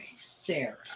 Sarah